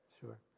Sure